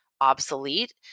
obsolete